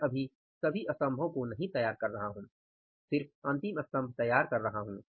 मैं अभी सभी स्तंभों को नहीं तैयार कर रहा हूं सिर्फ अंतिम स्तम्भ तैयार कर रहा हूं